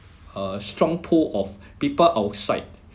a strong pull of people outside